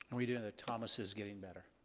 and we do know that thomas is getting better.